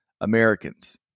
Americans